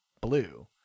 blue